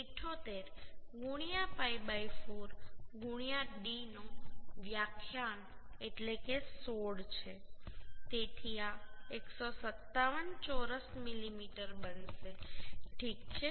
78 pi 4 d નો વ્યાખ્યાન એટલે કે આ 16 છે તેથી આ 157 ચોરસ મિલીમીટર બનશે ઠીક છે